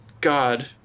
God